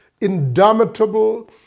indomitable